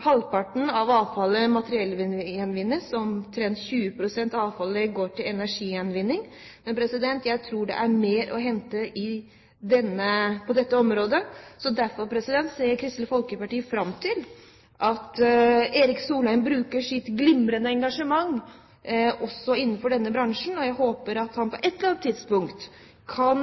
Halvparten av avfallet materiellgjenvinnes, omtrent 20 pst. av avfallet går til energigjenvinning. Men jeg tror det er mer å hente på dette området, så derfor ser Kristelig Folkeparti fram til at Erik Solheim bruker sitt glimrende engasjement også innenfor denne bransjen. Jeg håper at han på et eller annet tidspunkt kan